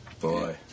Boy